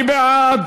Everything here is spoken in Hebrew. מי בעד?